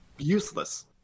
useless